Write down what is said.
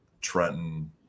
Trenton